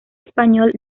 español